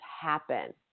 happen